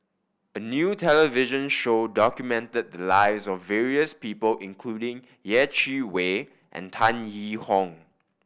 a new television show documented the lives of various people including Yeh Chi Wei and Tan Yee Hong